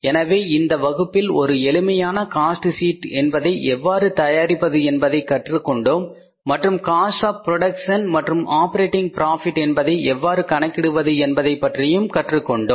எனவே இந்த வகுப்பில் ஒரு எளிமையான காஸ்ட் ஷீட்டை எவ்வாறு தயாரிப்பது என்பதை கற்றுக் கொண்டோம் மற்றும் காஸ்ட ஆப் புரோடக்சன் மற்றும் ஆப்பரேட்டிங் பிராபிட் என்பதை எவ்வாறு கணக்கிடுவது என்பதை பற்றியும் கற்றுக் கொண்டோம்